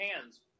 hands